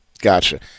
Gotcha